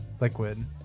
liquid